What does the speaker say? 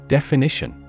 Definition